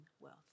wealth